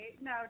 No